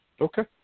Okay